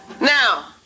Now